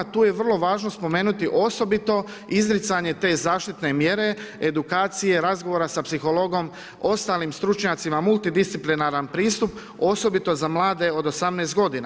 Tu je vrlo važno spomenuti osobito izricanje te zaštitne mjere, edukacije, razgovora sa psihologom, ostalim stručnjacima multidisciplinaran pristup osobito za mlade od 18 godina.